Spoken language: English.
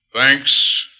Thanks